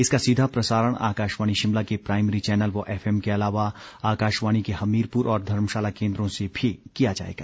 इसका सीधा प्रसारण आकाशवाणी शिमला के प्राईमरी चैनल व एफएम के अलावा आकाशवाणी के हमीरपुर और धर्मशाला केंद्रों से भी किया जाएगा